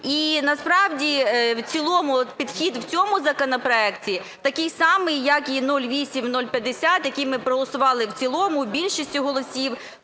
І насправді в цілому підхід в цьому законопроекті такий самий, як і 0850, який ми проголосували в цілому більшістю голосів.